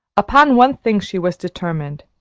upon one thing she was determined.